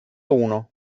uno